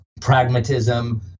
pragmatism